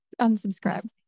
Unsubscribe